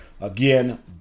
Again